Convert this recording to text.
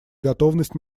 готовность